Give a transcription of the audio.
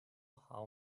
how